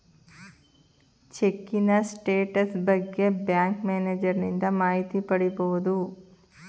ಚಿಕ್ಕಿನ status ಬಗ್ಗೆ bank ಮ್ಯಾನೇಜರನಿಂದ ಮಾಹಿತಿ ಪಡಿಬೋದು